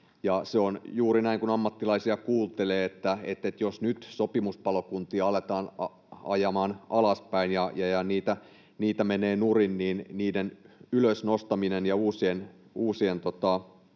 Se on juuri näin, kun ammattilaisia kuuntelee, että jos nyt sopimuspalokuntia aletaan ajamaan alaspäin ja niitä menee nurin, niin niiden ylös nostaminen ja uusien